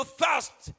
thirst